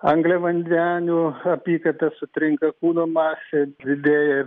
angliavandenių apykaita sutrinka kūno masė didėja